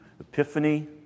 Epiphany